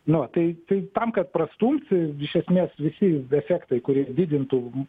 na tai tai tam kad prastumti iš esmės visi efektai kurie didintų